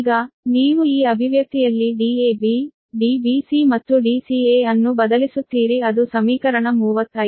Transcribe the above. ಈಗ ನೀವು ಈ ಅಭಿವ್ಯಕ್ತಿಯಲ್ಲಿ Dab Dbc ಮತ್ತು Dca ಅನ್ನು ಬದಲಿಸುತ್ತೀರಿ ಅದು ಸಮೀಕರಣ 35